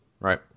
Right